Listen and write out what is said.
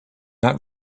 not